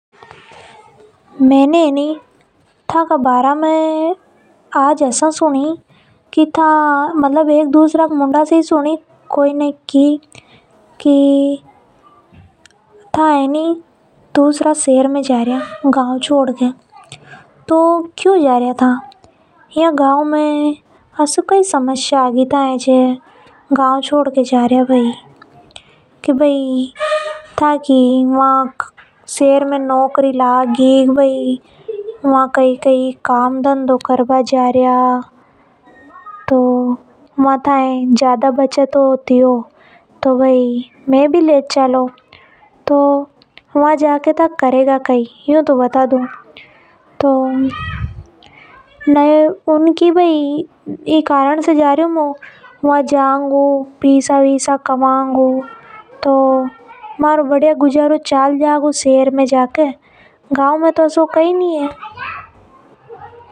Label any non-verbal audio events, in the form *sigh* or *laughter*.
मैने ए नि आज थआ का बारा में ऐसा सुनी मार से भी कोई दूसरा ने ही की *noise* की था ए नि दूसरा शहर में जा रिया गांव छोड़कर के तो क्यों जा रिया था। यहां गांव में था ये कई समस्या आ गई जो था गांव छोड़कर के जा रिया। मैने उनसे यू की की वहां पे ताकि नौकरी लाग गई या फेर था वा कई कई काम धंधों कर बा ने जा रिया *noise* अगर वहां पे था काम कर बा जा रिया और वहां पे ताकि ज्यादा बचत होती हो तो मैं भी ले चलो। उने यू की की शहर में मारो बढ़िया गुजारो चाल जावेग।